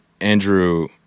Andrew